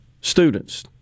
students